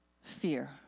fear